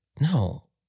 no